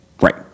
Right